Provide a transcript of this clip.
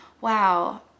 wow